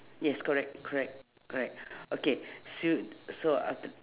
yes correct correct correct okay so so aft~